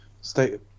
State